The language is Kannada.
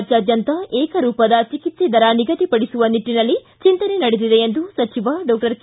ರಾಜ್ಯಾದ್ಯಂತ ಏಕರೂಪದ ಚಿಕಿತ್ಸೆ ದರ ನಿಗದಿಪಡಿಸುವ ನಿಟ್ಟಿನಲ್ಲಿ ಚಿಂತನೆ ನಡೆದಿದೆ ಎಂದು ಸಚಿವ ಡಾಕ್ಟರ್ ಕೆ